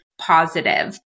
positive